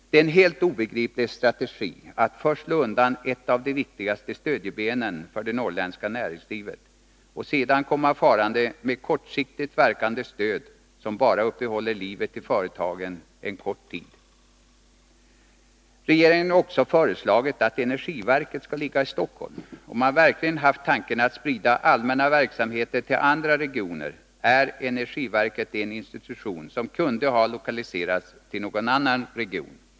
Det är en helt obegriplig strategi att först slå undan ett av de viktigaste stödjebenen för det norrländska näringslivet och sedan komma farande med kortsiktigt verkande stöd som bara uppehåller livet i företagen en kort tid. Regeringen har också föreslagit att energiverket skall ligga i Stockholm. Om man verkligen haft tanken att sprida allmänna verksamheter till andra regioner, är energiverket en institution som kunde ha lokaliserats till någon annan region.